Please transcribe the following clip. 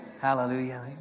Hallelujah